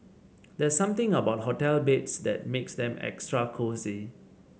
there's something about hotel beds that makes them extra cosy